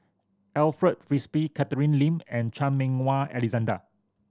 Alfred Frisby Catherine Lim and Chan Meng Wah Alexander